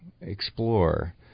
explore